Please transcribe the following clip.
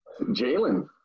Jalen